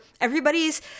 Everybody's